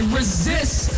resist